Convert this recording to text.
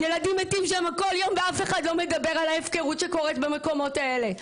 ילדים מתים שם כל יום ואף אחד לא מדבר על ההפקרות שקורית במקומות האלה.